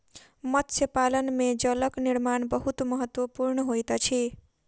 मत्स्य पालन में जालक निर्माण बहुत महत्वपूर्ण होइत अछि